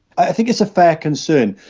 i think it's a fair concern,